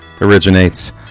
originates